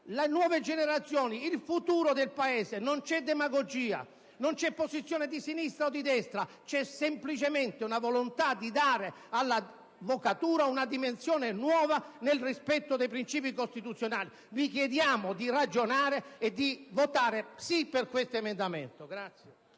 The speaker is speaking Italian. le nuove generazioni, il futuro del Paese! Non c'è demagogia, non c'è posizione di sinistra o di destra: c'è semplicemente la volontà di dare all'avvocatura una dimensione nuova, nel rispetto dei principi costituzionali. Vi chiediamo pertanto di ragionare e di votare sì a questo emendamento.